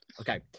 Okay